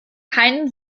keinen